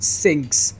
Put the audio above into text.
sinks